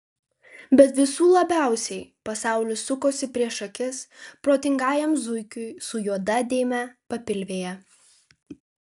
bet visų labiausiai pasaulis sukosi prieš akis protingajam zuikiui su juoda dėme papilvėje